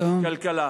הכלכלה.